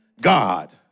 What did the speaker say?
God